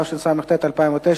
התשס"ט 2009,